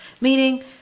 Meaning